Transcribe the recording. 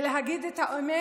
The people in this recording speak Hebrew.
להגיד את האמת?